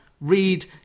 read